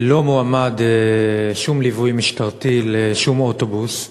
לא מועמד שום ליווי משטרתי לשום אוטובוס,